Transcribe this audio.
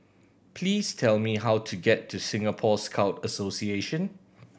please tell me how to get to Singapore Scout Association